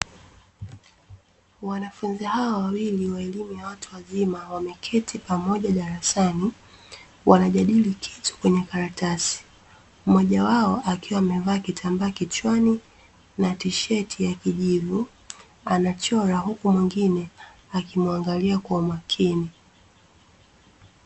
Wanafunzi hawa wawili wa elimu ya watu wazima wameketi pamoja darasani wanajadili kitu kwenye karatasi, mmoja wao akiwa amevaa kitambaa kichwani na tisheti ya kijivu, anachora huku mwingine akimuangalia kwa umakini.